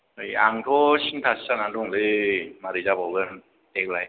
ऐ आंथ' सिन्थासो जानानै दंलै मारै जाबावगोन देग्लाय